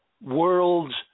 world's